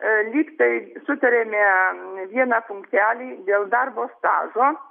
lyg tai sutarėme vieną punktelį dėl darbo stažo